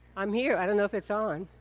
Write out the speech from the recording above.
i'm here, i don't know if it's on.